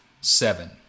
seven